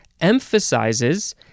emphasizes